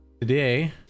today